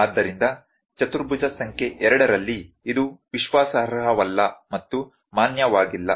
ಆದ್ದರಿಂದ ಚತುರ್ಭುಜ ಸಂಖ್ಯೆ 2 ರಲ್ಲಿ ಇದು ವಿಶ್ವಾಸಾರ್ಹವಲ್ಲ ಮತ್ತು ಮಾನ್ಯವಾಗಿಲ್ಲ